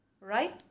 Right